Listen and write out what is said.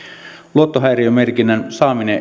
luottohäiriömerkinnän saaminen